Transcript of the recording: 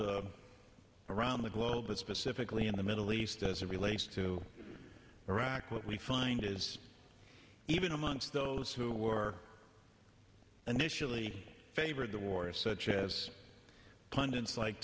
fold around the globe it specifically in the middle east as it relates to iraq what we find is even amongst those who were initially favored the war such as pundits like